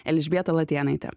elžbieta latėnaitė